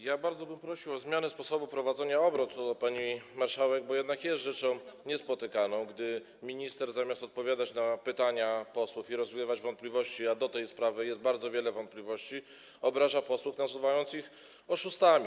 Ja bardzo bym prosił o zmianę sposobu prowadzenia obrad - to do pani marszałek - bo jednak jest rzeczą niespotykaną, gdy minister zamiast odpowiadać na pytania posłów i rozwiewać wątpliwości, a co do tej sprawy jest bardzo wiele wątpliwości, obraża posłów, nazywając ich oszustami.